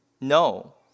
No